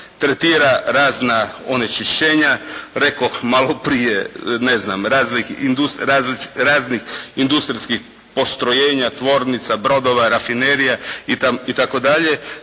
tretira razna onečišćenja, rekoh malo prije raznih industrijskih postrojenja, tvornica, brodova, rafinerija itd.